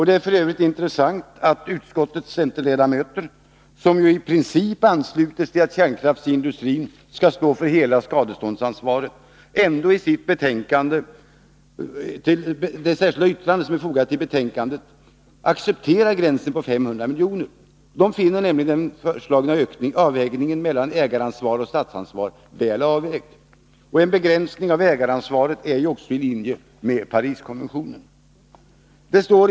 Det är f. ö. intressant att utskottets centerledamöter, som ju i princip ansluter sig till att kärnkraftsindustrin skall stå för hela skadeståndsansvaret, ändå i sitt särskilda yttrande som är fogat till betänkandet accepterar gränsen på 500 miljoner. De finner nämligen att det föreslagna förhållandet mellan ägaransvar och statsansvar är väl avvägt. En begränsning av ägaransvaret är också i linje med Pariskonventionen.